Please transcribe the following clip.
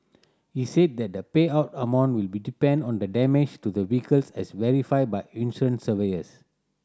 he said that the payout amount will be depend on the damage to the vehicles as verified by insurance surveyors